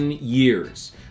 years